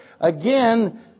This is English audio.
Again